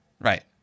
Right